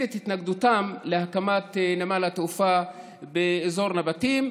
את התנגדותם להקמת נמל התעופה באזור נבטים,